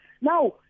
Now